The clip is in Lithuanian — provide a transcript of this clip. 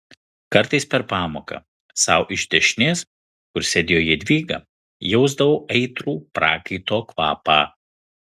kartais per pamoką sau iš dešinės kur sėdėjo jadvyga jausdavau aitrų prakaito kvapą